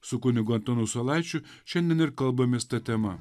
su kunigu antanu saulaičiu šiandien ir kalbamės ta tema